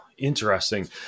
Interesting